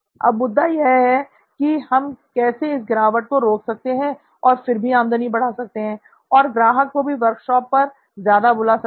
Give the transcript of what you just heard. अब मुद्दा यह है कि हम कैसे इस गिरावट को रोक सकते हैं और फिर भी आमदनी बढ़ा सकते हैं और ग्राहक को भी वर्कशॉप पर ज्यादा बुला सकते हैं